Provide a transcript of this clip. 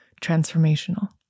transformational